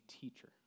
teacher